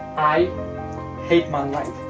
i hate my life